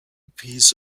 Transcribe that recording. piece